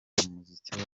umuziki